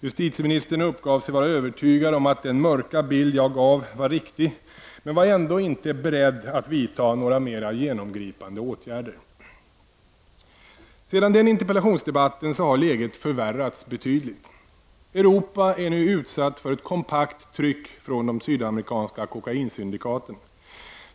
Justieministern uppgav sig vara övertygad om att den mörka bild jag gav var riktig, men var ändå inte beredd att vidta några mera genomgripande åtgärder. Efter den interpellationsdebatten har läget förvärrats betydligt. Europa är nu utsatt för ett kompakt tryck från de sydamerikanska kokainsyndikaten.